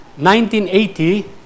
1980